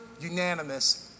unanimous